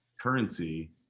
currency